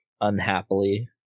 Unhappily